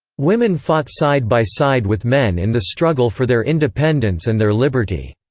women fought side by side with men in the struggle for their independence and their liberty.